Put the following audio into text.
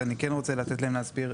ואני כן רוצה לתת להם להסביר.